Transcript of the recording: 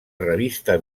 revista